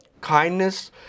kindness